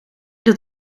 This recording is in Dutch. dat